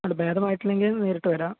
അല്ല ഭേദമായിട്ടില്ലെങ്കിൽ നേരിട്ട് വരാം